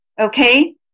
Okay